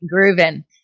grooving